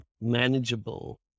manageable